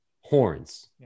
horns